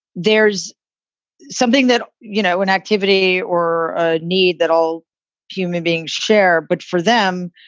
there's something that, you know, an activity or a need that all human beings share. but for them,